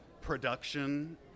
production